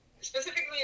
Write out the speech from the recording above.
specifically